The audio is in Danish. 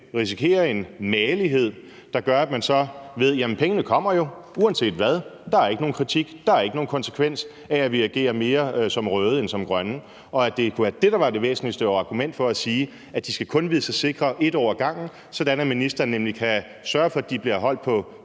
risikerer en magelighed, der kan opstå, når Klimarådet ved, at pengene kommer uanset hvad. Der er ikke nogen kritik; der er ikke nogen konsekvens af, at der ageres mere som røde end som grønne. Og det kunne være det, der var det væsentligste argument for at sige, at de kun skal vide sig sikre 1 år ad gangen, sådan at ministeren nemlig kan sørge for, at de bliver holdt på